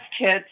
kits